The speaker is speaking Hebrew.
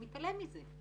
אתה מתעלם מזה.